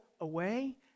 away